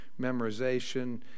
memorization